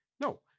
No